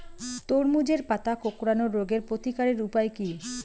তরমুজের পাতা কোঁকড়ানো রোগের প্রতিকারের উপায় কী?